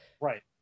Right